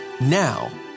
Now